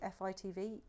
FITV